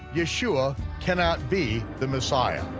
yeshua cannot be the messiah.